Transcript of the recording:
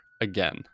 again